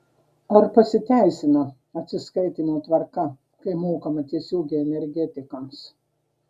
ar pasiteisina atsiskaitymo tvarka kai mokama tiesiogiai energetikams